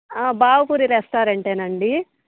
బావపూరి రెస్టారెంటేనా అండి